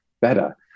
better